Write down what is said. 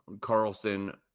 Carlson